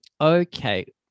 Okay